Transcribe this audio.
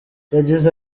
yagize